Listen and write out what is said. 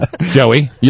Joey